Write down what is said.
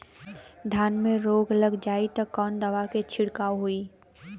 धान में रोग लग जाईत कवन दवा क छिड़काव होई?